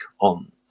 on